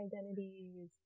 identities